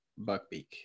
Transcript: buckbeak